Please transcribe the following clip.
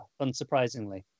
unsurprisingly